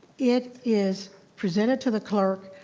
it is presented to the clerk.